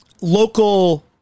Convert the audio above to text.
Local